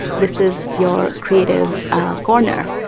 this is your creative corner.